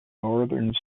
northern